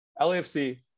LAFC